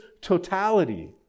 totality